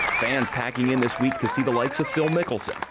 fans packing in this week to see the likes of phil mickelson,